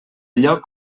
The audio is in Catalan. lloc